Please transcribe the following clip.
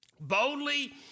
boldly